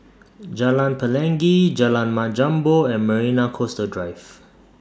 Jalan Pelangi Jalan Mat Jambol and Marina Coastal Drive